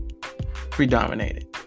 predominated